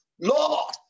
Lord